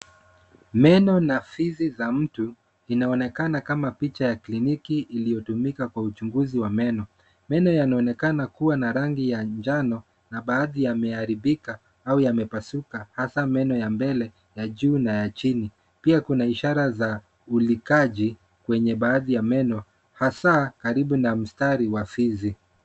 Neno na fazi za mtu zinaonekana kama picha ya kliniki iliyotumika kwa uchunguzi wa meno. Meno yanaonekana kuwa na rangi ya njano, na baadhi yameharibika au yamepasuka hasa meno ya mbele ya juu na ya chini. Pia kuna ishara za ulikaji kwenye baadhi ya meno, hasa karibu na mstari wa fizi.